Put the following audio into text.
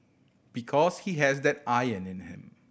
because he has that iron in him